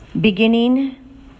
Beginning